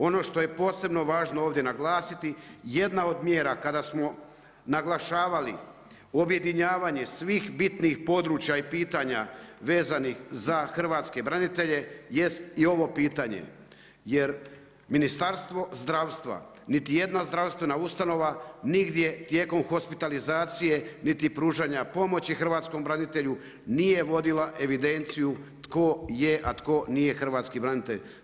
Ono što je posebno važno ovdje naglasiti, jedna od mjera kada smo naglašavali objedinjavanje svih bitnih područja i pitanja vezanih za hrvatske branitelje jest i ovo pitanje jer Ministarstvo zdravstva, niti jedna zdravstvena ustanova, nigdje tijekom hospitalizacije niti pružanja pomoći hrvatskom branitelju nije vodila evidenciju tko je a tko nije hrvatskih branitelj.